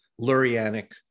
Lurianic